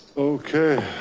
okay,